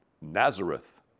Nazareth